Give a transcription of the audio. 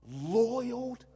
loyal